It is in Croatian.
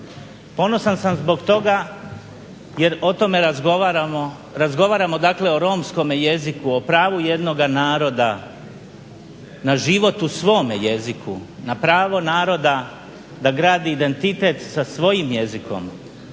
Ponosan sam zbog toga jer o tome razgovaramo, razgovaramo dakle o romskom jeziku, o pravu jednoga naroda na životu u svome jeziku, na pravo naroda da gradi identitet sa svojim jezikom.